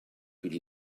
could